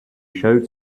showed